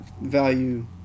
value